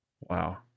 Wow